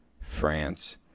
France